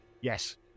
yes